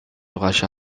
rachat